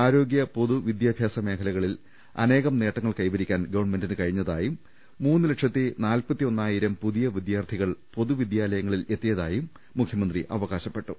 ആരോഗ്യ പൊതുവിദ്യാഭ്യാസ മേഖ ലയിൽ അനേകം നേട്ടങ്ങൾ കൈവരിക്കാൻ ഈ ഗവൺമെന്റിന് കഴിഞ്ഞ തായും മൂന്ന് ലക്ഷത്തി നാൽപ്പത്തി ഒന്നായിരം പുതിയ വിദ്യാർഥികൾ പൊതു വിദ്യാലയങ്ങളിൽ എത്തിയതായും മുഖ്യമന്ത്രി അവകാശപ്പെ ട്ടു